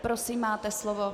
Prosím, máte slovo.